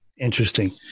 Interesting